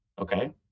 Okay